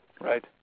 Right